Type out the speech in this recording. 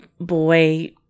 boy